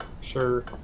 sure